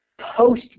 post